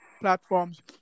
platforms